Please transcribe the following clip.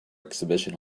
exhibition